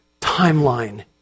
timeline